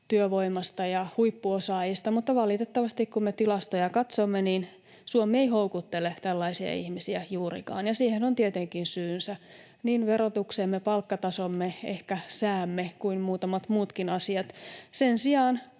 työvoimasta ja huippuosaajista, mutta valitettavasti, kun me tilastoja katsomme, Suomi ei houkuttele tällaisia ihmisiä juurikaan, ja siihen on tietenkin syynsä: niin verotuksemme, palkkatasomme, ehkä säämme kuin muutamat muutkin asiat. Sen sijaan